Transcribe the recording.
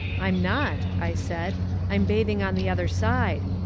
i'm not, i said i'm bathing on the other side.